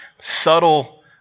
subtle